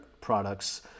products